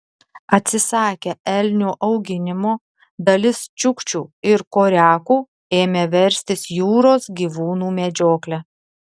atsisakę elnių auginimo dalis čiukčių ir koriakų ėmė verstis jūros gyvūnų medžiokle